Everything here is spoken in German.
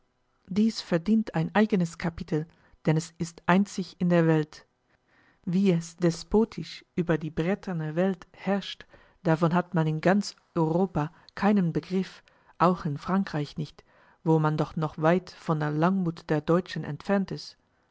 dies verdient ein eigenes kapitel denn es ist einzig in der welt wie es despotisch über die bretterne welt herrscht davon hat man in ganz europa keinen begriff auch in frankreich nicht wo man doch noch weit von der langmut der deutschen entfernt ist